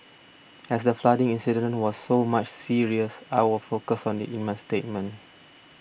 as the flooding incident was so much serious I will focus on it in my statement